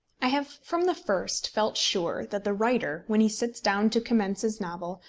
i have from the first felt sure that the writer, when he sits down to commence his novel,